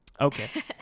okay